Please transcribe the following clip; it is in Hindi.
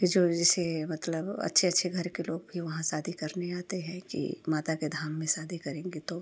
यह जो जैसे मतलब अच्छे अच्छे घर के लोग भी वहाँ शादी करने आते हैं कि माता के धाम में शादी करेंगे तो